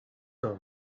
kant